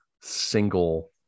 single